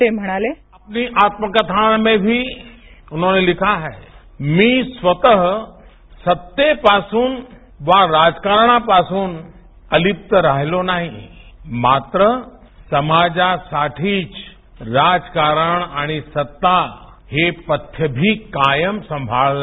ते म्हणाले ध्वनी अपनी आत्मकथामें भी उन्होंने लिखा है मी स्वतः सत्तेपासून वा राजकारणापासून अलिप्त राहिलो नाही मात्र समाजासाठीच राजकारण आणि सत्ता हे पथ्य मी कायम सांभाळलं